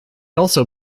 also